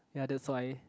ya that's why